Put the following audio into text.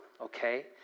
okay